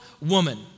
woman